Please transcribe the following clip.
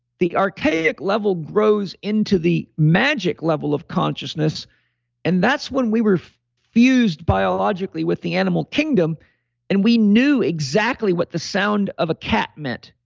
the archaic level grows into the magic level of consciousness and that's when we were fused biologically with the animal kingdom and we knew exactly what the sound of a cat meant,